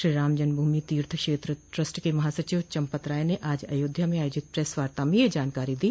श्री राम जन्मभूमि तीर्थ क्षेत्र ट्रस्ट के महासचिव चम्पत राय ने आज अयोध्या में आयोजित प्रेस वार्ता में यह जानकारी दी